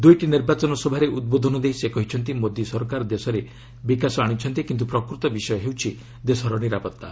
ଦୁଇଟି ନିର୍ବାଚନ ସଭାରେ ଉଦ୍ବୋଧନ ଦେଇ ସେ କହିଛନ୍ତି ମୋଦି ସରକାର ଦେଶରେ ବିକାଶ ଆଶିଛନ୍ତି କିନ୍ତୁ ପ୍ରକୃତ ବିଷୟ ହେଉଛି ଦେଶର ନିରାପତ୍ତା